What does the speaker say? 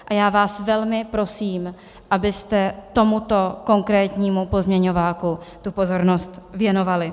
A já vás velmi prosím, abyste tomuto konkrétnímu pozměňovacímu návrhu tu pozornost věnovali.